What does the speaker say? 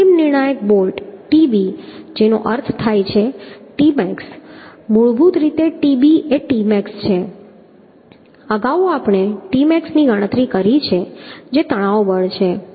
અંતિમ નિર્ણાયક bolt Tb જેનો અર્થ થાય છે T max મૂળભૂત રીતે Tb એ T max છે અગાઉ આપણે Tmax ની ગણતરી કરી છે જે તણાવ બળ છે